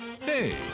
Hey